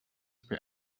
were